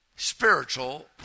spiritual